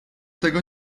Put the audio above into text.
tego